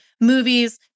movies